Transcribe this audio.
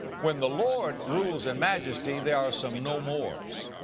when the lord rules in majesty there are some no mores.